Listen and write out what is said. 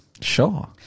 Sure